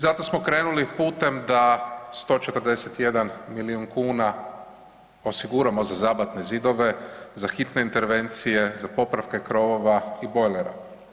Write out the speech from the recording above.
Zato smo krenuli putem da 141 milijun kuna osiguramo za zabatne zidove, za hitne intervencije, za popravke krovova i bojlera.